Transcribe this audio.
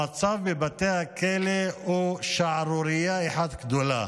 המצב בבתי הכלא הוא שערורייה אחת גדולה.